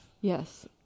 yes